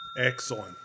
Excellent